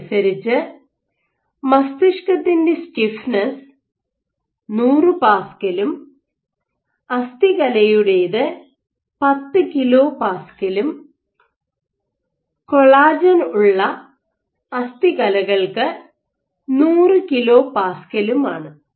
ഇതനുസരിച്ച് മസ്തിഷ്കത്തിന്റെ സ്റ്റിഫ്നെസ്സ് 100 പാസ്ക്കലും അസ്ഥികലയുടേത് 10 kPa യും കൊളാജൻ ഉള്ള അസ്ഥികലകൾക്ക് 100 kPa യുമാണ്